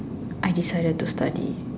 I decided to study